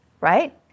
right